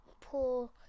poor